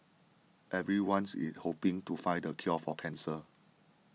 everyone's is hoping to find the cure for cancer